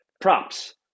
props